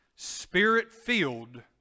Spirit-filled